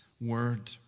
word